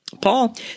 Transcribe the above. Paul